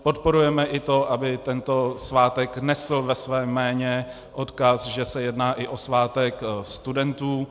Podporujeme i to, aby tento svátek nesl ve svém jméně odkaz, že se jedná i o svátek studentů.